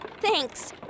thanks